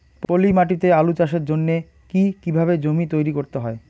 পলি মাটি তে আলু চাষের জন্যে কি কিভাবে জমি তৈরি করতে হয়?